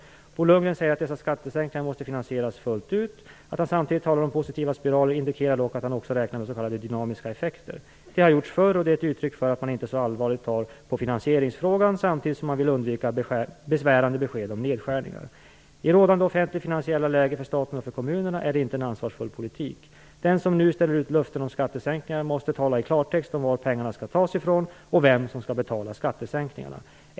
Bo Lundgren säger att dessa skattesänkningar måste finansieras fullt ut. Att han samtidigt talar om positiva spiraler indikerar dock att han också räknar med s.k. dynamiska effekter. Det har gjorts förr, och det är ett uttryck för att man inte tar så allvarligt på finansieringsfrågan samtidigt som man vill undvika besvärande besked om nedskärningar. I rådande offentlig-finansiella läge, för staten och kommunerna, är detta inte en ansvarsfull politik. Den som nu ställer ut löften om skattesänkningar måste tala i klartext om varifrån pengarna skall tas, och vem som skall betala skattesänkningarna.